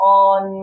on